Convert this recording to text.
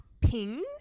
pings